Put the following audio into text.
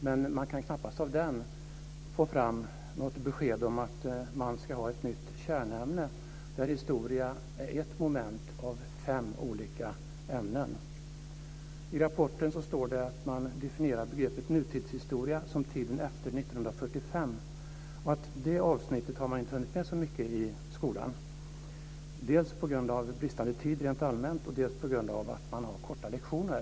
Men man kan knappast av den få fram ett besked om att man ska ha ett nytt kärnämne där historia är ett moment av fem olika ämnen. I rapporten står det att man definierar begreppet nutidshistoria som tiden efter 1945 och att man inte har hunnit med det avsnittet så mycket i skolan - dels på grund av bristande tid rent allmänt, dels på grund av att man har korta lektioner.